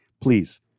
please